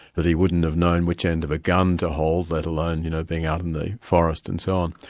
that he wouldn't have known which end of a gun to hold, let alone you know being out in the forest and so on.